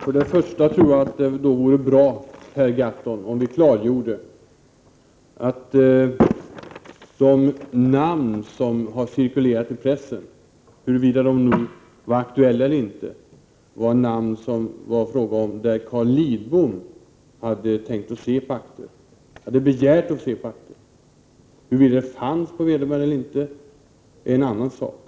Herr talman! Jag tror att det vore bra, Per Gahrton, att för det första klargöra vikten av att de namn som har cirkulerat i pressen — oavsett om de var aktuella eller inte — var namn på personer vilkas akter Carl Lidbom hade begärt att få se. Huruvida det fanns några akter om vederbörande eller inte är en annan sak.